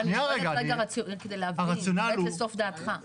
אני שואלת כדי להבין, לרדת לסוף דעתך.